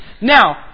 Now